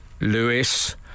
Lewis